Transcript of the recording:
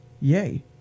yay